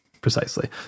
Precisely